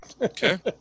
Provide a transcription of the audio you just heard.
Okay